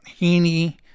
heaney